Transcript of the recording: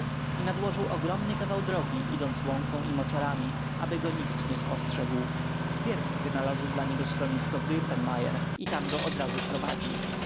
i nadłożył ogromny kawał drogi idąc łąką i moczarami aby go nikt nie spostrzegł wpierw wynalazł dla niego schronienie w grimpen mire i tam go odrazu wprowadził